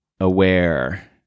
aware